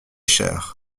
cher